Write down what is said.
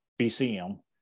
BCM